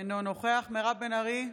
אינו נוכח מירב בן ארי,